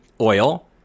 Oil